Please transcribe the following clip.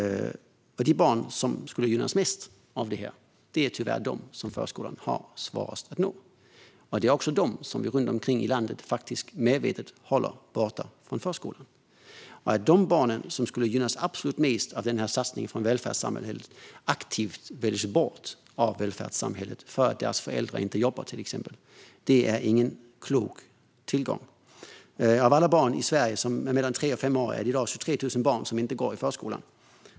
De barn som skulle gynnas mest av detta är de barn som förskolan tyvärr har svårast att nå. Det är också de barnen som runt om i landet faktiskt medvetet hålls borta från förskolan. Att de barn som skulle gynnas absolut mest av denna satsning från välfärdssamhället aktivt väljs bort av välfärdssamhället, till exempel för att deras föräldrar inte jobbar, är ingen klok hållning. Av alla barn i Sverige mellan tre och fem år är det i dag 23 000 som inte går i förskolan.